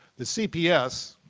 the cps,